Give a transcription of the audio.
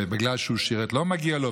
ובגלל שהוא שירת לא מגיע לו,